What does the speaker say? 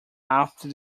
after